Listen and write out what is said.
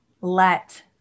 let